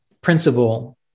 principle